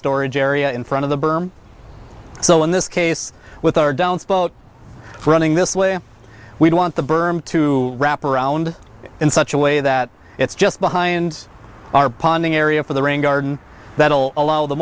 storage area in front of the berm so in this case with our downs boat running this way we do want the berm to wrap around in such a way that it's just behind our ponding area for the rain garden that will allow the